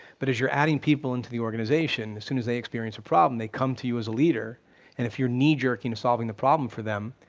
but as you're adding people into the organization, as soon as they experience a problem, they come to you as a leader and if you're knee-jerking is solving the problem for them,